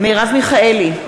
מרב מיכאלי,